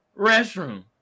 restroom